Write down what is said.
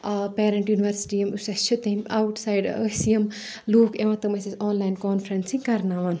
parent university یِم اسہِ چھِ تِم آوُٹ سایِڈ ٲسۍ یِم لوٗکھ یِوان تِم ٲسۍ آنلایِن کانفرؠنسِنگ کَرناوان